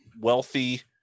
wealthy